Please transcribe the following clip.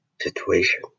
situation